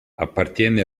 appartiene